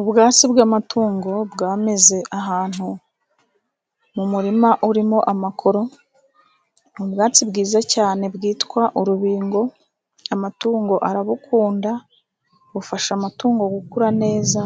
Ubwatsi bw'amatungo bwameze ahantu mu murima urimo amakoro. Ubwatsi bwiza cyane bwitwa urubingo. Amatungo arabukunda bufasha amatungo gukura neza